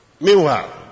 Meanwhile